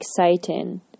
exciting